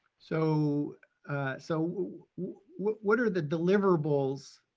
so so what what are the deliverables,